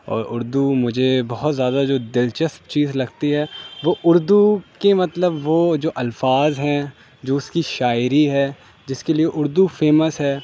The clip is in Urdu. اور اردو مجھے بہت زیادہ جو دل چسپ چیز لگتی ہے وہ اردو کی مطلب وہ جو الفاظ ہیں جو اس کی شاعری ہے جس کے لیے اردو فیمس ہے